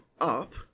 up